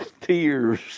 Tears